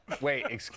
wait